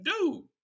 Dude